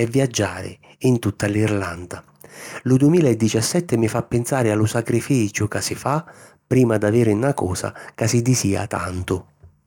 e viaggiari in tutta l’Irlanda. Lu dumila e dicissetti mi fa pinsari a lu sacrificiu ca si fa prima d'aviri na cosa ca si disìa tantu.